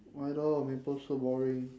I don't want maple so boring